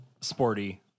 Sporty